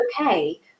okay